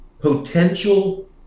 potential